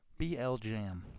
BLJAM